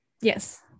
Yes